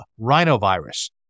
rhinovirus